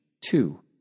two